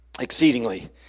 exceedingly